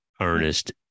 Ernest